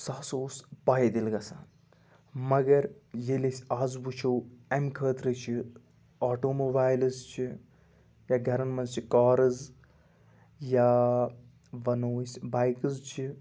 سُہ ہَسا اوس پایدٔلۍ گژھان مگر ییٚلہِ أسۍ آز وٕچھو اَمہِ خٲطرٕ چھِ آٹو موبایلٕز چھِ یا گَرَن منٛز چھِ کارٕز یا وَنو أسۍ بایکٕز چھِ